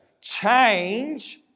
change